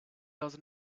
does